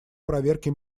проверке